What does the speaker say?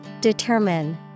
Determine